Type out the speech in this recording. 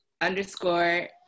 underscore